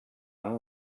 amb